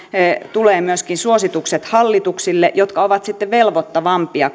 tulee myöskin suositukset hallituksille jotka ovat sitten velvoittavampia kuin